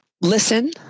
listen